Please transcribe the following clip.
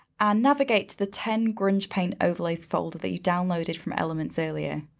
and navigate to the ten grung paint overlays folder that you downloaded from elements earlier.